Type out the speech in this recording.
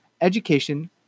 Education